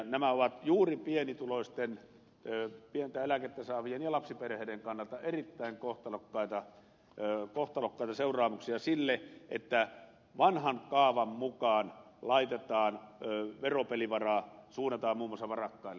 nämä ovat juuri pienituloisten pientä eläkettä saavien ja lapsiperheiden kannalta erittäin kohtalokkaita seurauksia siitä että vanhan kaavan mukaan laitetaan veropelivaraa suunnataan sitä muun muassa varakkaille